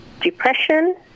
depression